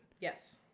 Yes